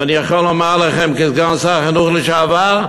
ואני יכול לומר לכם כסגן שר החינוך לשעבר,